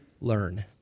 learn